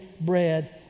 bread